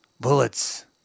Bullets